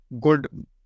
good